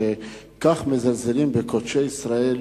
כך מזלזלים בקודשי ישראל,